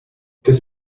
this